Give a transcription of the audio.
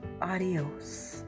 adios